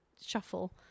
shuffle